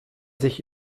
sich